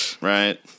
right